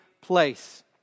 place